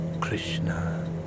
Krishna